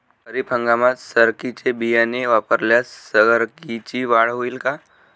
खरीप हंगामात सरकीचे बियाणे वापरल्यास सरकीची वाढ होईल का?